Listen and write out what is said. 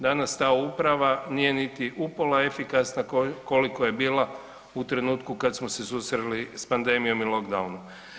Danas ta uprava nije niti upola efikasna koliko je bila u trenutku kad smo se susreli s pandemijom i lock downom.